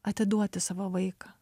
atiduoti savo vaiką